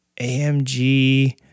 AMG